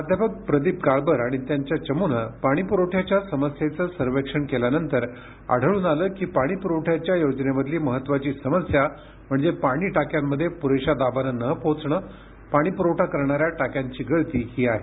प्राध्यापक प्रदीप काळबर आणि त्यांच्या चमूनं पाणी पुरवठयाच्या समस्येचं सर्वेक्षण केल्यानंतर आढळून आलं की पाणी पुरवठयाच्या योजनेमधली महत्वाची समस्या म्हणजे पाणी टाक्यांमध्ये पुरेशा दाबानं न पोहोचणं पाणी पुरवठा करणाऱ्या टाक्यांची गळती ही आहे